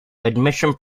admission